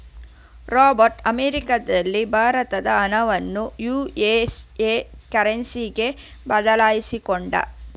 Robert ಅಮೆರಿಕದಲ್ಲಿ ಭಾರತದ ಹಣವನ್ನು ಯು.ಎಸ್.ಎ ಕರೆನ್ಸಿಗೆ ಬದಲಾಯಿಸಿಕೊಂಡ